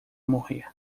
morrer